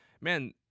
man